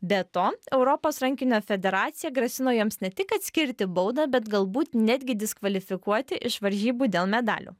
be to europos rankinio federacija grasino joms ne tik kad skirti baudą bet galbūt netgi diskvalifikuoti iš varžybų dėl medalių